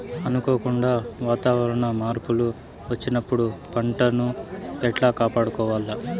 అనుకోకుండా వాతావరణ మార్పులు వచ్చినప్పుడు పంటను ఎట్లా కాపాడుకోవాల్ల?